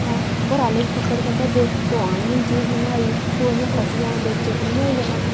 ऐं घराआह्लें दे फक्कड़ कड्ढा दे तूं आनलाइन चीज नुआई तूं इ'यां फसी जाना बिच उ'आं होई जाना